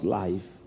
life